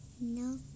No